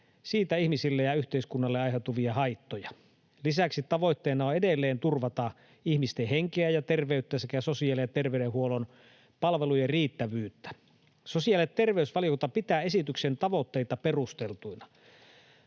siitä ihmisille ja yhteiskunnalle aiheutuvia haittoja. Lisäksi tavoitteena on edelleen turvata ihmisten henkeä ja terveyttä sekä sosiaali- ja ter-veydenhuollon palvelujen riittävyyttä. Sosiaali- ja terveysvaliokunta pitää esityksen tavoitteita perusteltuina.